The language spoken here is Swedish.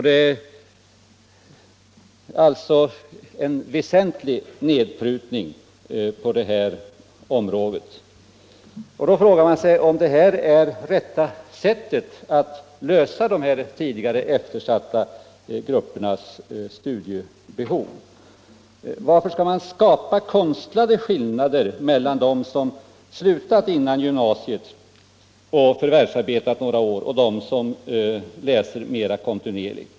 Det är alltså en väsentlig nedprutning på det här området. Då frågar man sig om det här är rätta sättet att lösa problemet med de tidigare eftersatta gruppernas studiebehov. Varför skall man skapa konstlade skillnader mellan dem som slutat sin utbildning före gymnasiet och förvärvsarbetat några år och dem som läser mer kontinuerligt?